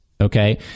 okay